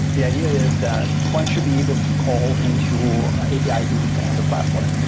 the idea is that one should be able to call into api's existing on the platform.